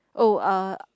oh uh